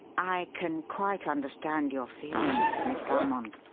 i can quite understand your feelings, miss valmond,